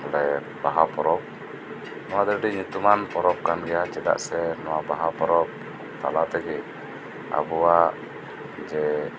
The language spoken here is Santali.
ᱵᱚᱞᱮ ᱵᱟᱦᱟ ᱯᱚᱨᱚᱵᱽ ᱱᱚᱣᱟᱫᱚ ᱟᱹᱰᱤ ᱧᱩᱛᱩᱢᱟᱱ ᱯᱚᱨᱚᱵ ᱠᱟᱱᱜᱮᱭᱟ ᱪᱮᱫᱟᱜ ᱥᱮ ᱱᱚᱣᱟ ᱵᱟᱦᱟ ᱯᱚᱨᱚᱵ ᱛᱟᱞᱟ ᱛᱮᱜᱤ ᱟᱵᱩᱣᱟᱜ ᱡᱮ